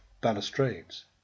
balustrades